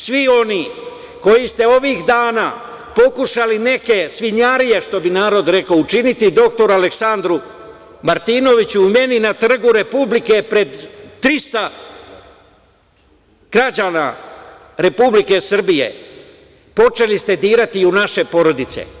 Svi oni koji ste ovih dana pokušali neke svinjarije, što bi narod rekao, učiniti dr Aleksandru Martinoviću i meni na Trgu Republike pred 300 građana Republike Srbije, počeli ste dirati i u naše porodice.